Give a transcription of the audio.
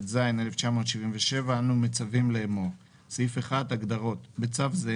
התשל"ז 1977, אנו מצווים לאמור: הגדרות בצו זה